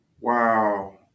Wow